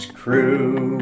crew